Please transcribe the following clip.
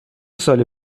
سالی